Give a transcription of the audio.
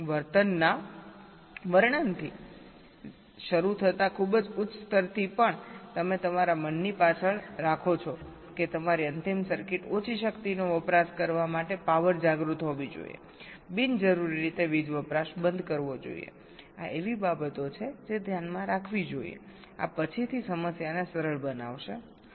વર્તનના વર્ણનથી જ શરૂ થતા ખૂબ જ ઉચ્ચ સ્તરથી પણ તમે તમારા મનની પાછળ રાખો છો કે તમારી અંતિમ સર્કિટ ઓછી શક્તિનો વપરાશ કરવા માટે પાવર જાગૃત હોવી જોઈએ બિનજરૂરી રીતે વીજ વપરાશ બંધ કરવો જોઈએઆ એવી બાબતો છે જે ધ્યાનમાં રાખવી જોઈએઆ પછીથી સમસ્યાને સરળ બનાવશે હા